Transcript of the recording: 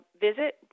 visit